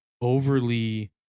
overly